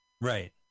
Right